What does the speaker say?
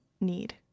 need